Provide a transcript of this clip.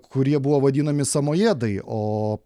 kurie buvo vadinami samojedai o